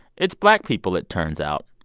it's black people, it turns out.